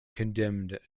condemned